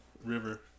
River